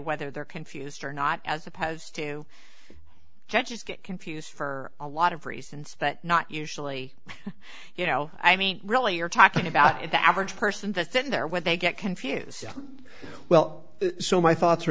whether they're confused or not as opposed to judges get confused for a lot of reasons that not usually you know i mean really you're talking about it the average person that's in there when they get confused well so my thoughts are